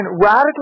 radically